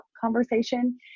conversation